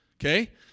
Okay